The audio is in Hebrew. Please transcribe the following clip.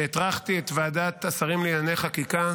שהטרחתי את ועדת השרים לענייני חקיקה